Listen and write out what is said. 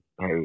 Hey